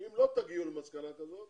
אם לא תגיעו למסקנה כזאת